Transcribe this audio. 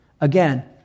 Again